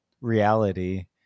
reality